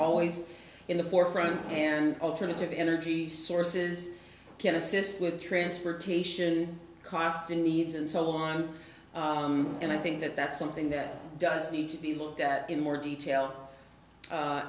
always in the forefront and alternative energy sources can assist with transportation costs and needs and so on and i think that that's something that does need to be looked at in more detail